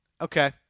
Okay